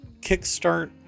kickstart